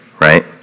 right